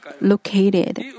located